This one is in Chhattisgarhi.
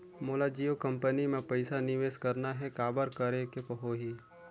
मोला जियो कंपनी मां पइसा निवेश करना हे, काबर करेके होही?